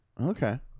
Okay